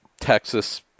Texas